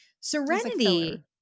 Serenity